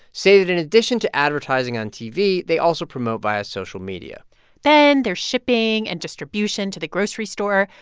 say that in addition to advertising on tv, they also promote via social media then there's shipping and distribution to the grocery store.